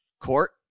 court